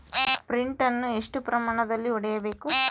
Sprint ಅನ್ನು ಎಷ್ಟು ಪ್ರಮಾಣದಲ್ಲಿ ಹೊಡೆಯಬೇಕು?